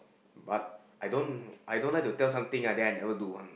but I don't I don't like to tell something and then I never do one